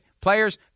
Players